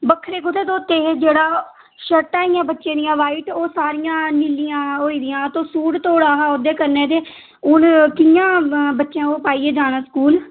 बक्खरे कुत्थै धोते हे जेह्ड़ा शर्टां हियां बच्चें दियां वाइट ओह् सारियां नीलियां होई दियां तूं सूट धोई ओड़ा हा ओह्दे कन्नै ते हून कि'यां बच्चें ओह् पाइयै जाना स्कूल